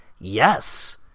Yes